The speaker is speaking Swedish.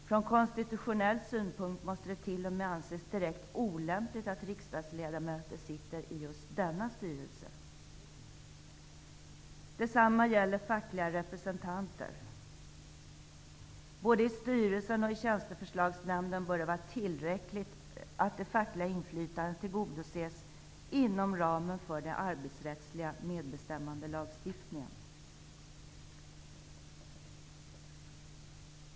Från konstitutionell synpunkt måste det t.o.m. anses direkt olämpligt att riksdagsledamöter sitter i just denna styrelse. Detsamma gäller fackliga representanter. Både i styrelsen och i Tjänsteförslagsnämnden bör det vara tillräckligt att det fackliga inflytandet tillgodoses inom ramen för den arbetsrättsliga medbestämmandelagstiftningen.